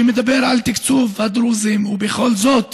שמדבר על תקצוב הדרוזים, ובכל זאת